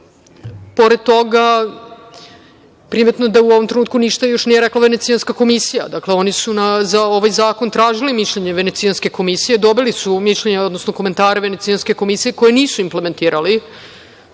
Pored toga, primetno je da u ovom trenutku još ništa nije rekla Venecijanska komisija, oni su za ovaj zakon tražili mišljenje Venecijanske komisije. Dobili su komentare Venecijanske komisije koje nisu implementirali,